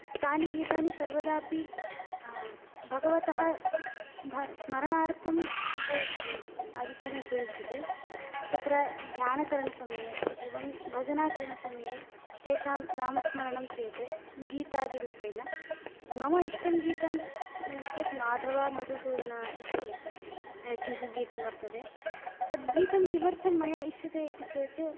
तानि गीतानि सर्वदा अपि भगवतः स्म स्मरणार्थम् उप आधिकेन उपयुज्यते तत्र ध्यानकरणसमये एवं भजनकरणसमये तेषां नामस्मरणं क्रियते गीतादिरूपेण मम इष्टं गीतं किमिति चेत् माधवमधुसूदनः इति किञ्चिद् गीतं वर्तते तद्गीतं किमर्थं मया इष्यते इति चेत्